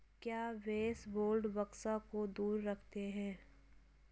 क्या baseboard bugs को दूर रखते हैं?